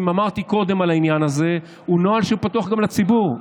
ואמרתי קודם על העניין הזה שהוא נוהל שפתוח גם לציבור.